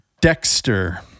Dexter